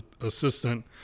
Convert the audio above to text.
assistant